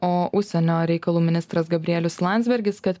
o užsienio reikalų ministras gabrielius landsbergis kad